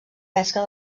pesca